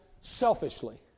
selfishly